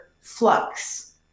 flux